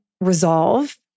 resolve